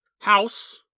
house